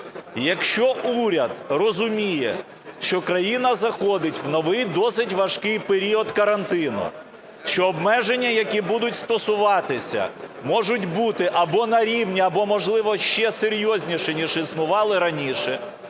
Якщо уряд розуміє, що країна заходить в новий, досить важкий період карантину, що обмеження, які будуть стосуватися, можуть бути або на рівні, або, можливо, ще серйозніше, ніж існували раніше,